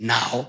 Now